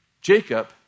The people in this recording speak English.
Jacob